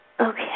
Okay